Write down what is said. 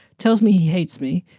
tells me he hates me,